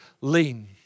lean